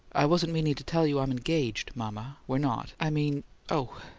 i wasn't meaning to tell you i'm engaged, mama. we're not. i mean oh!